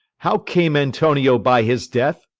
how came antonio by his death?